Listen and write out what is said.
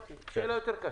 אני אשאל שאלה יותר קשה: